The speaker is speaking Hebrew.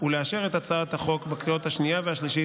ולאשר את הצעת החוק בקריאה השנייה והשלישית,